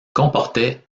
comportait